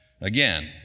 Again